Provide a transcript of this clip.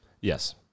Yes